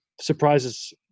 surprises